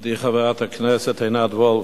גברתי חברת הכנסת עינת וילף,